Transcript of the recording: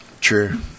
True